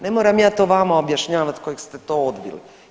Ne moram ja to vama objašnjavati kojeg ste to odbili.